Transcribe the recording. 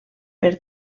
per